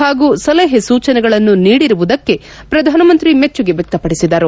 ಹಾಗೂ ಸಲಹೆ ಸೂಚನೆಗಳನ್ನು ನೀಡಿರುವುದಕ್ಕೆ ಪ್ರಧಾನಮಂತ್ರಿ ಮೆಚ್ಚುಗೆ ವ್ಯಕ್ತಪಡಿಸಿದರು